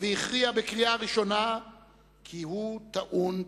והכריעה בקריאה ראשונה כי הוא טעון תיקון.